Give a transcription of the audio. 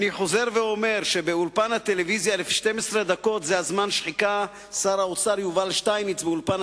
אני חוזר ואומר ש-12 דקות זה הזמן שחיכה שר האוצר יובל שטייניץ באולפן